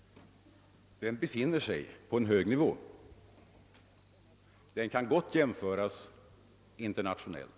Den ligger på hög nivå och kan gott jämföras internationellt.